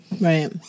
Right